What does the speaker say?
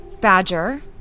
Badger